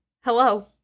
Hello